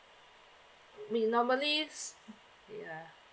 we normally ya